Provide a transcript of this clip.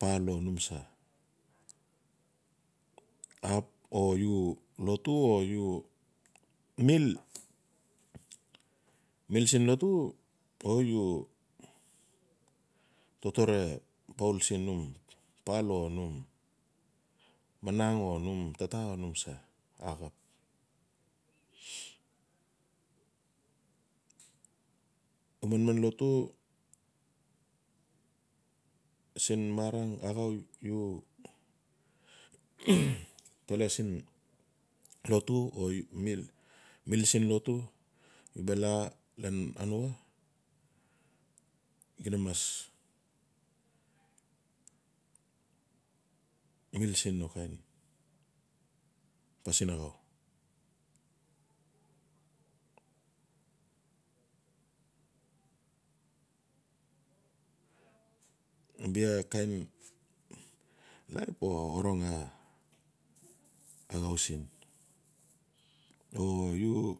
Pal o njm sa, ap o u lotu o u mil siin lotu u totore poul siin num pal, o num mangan o num tata o num sa axap. U manman lotu siin marang axau u tala siin lotu o mil siin lotu u ba la lan anua xida mas mil siin no pasin axau bia kain life o orong a axau siin o u